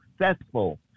successful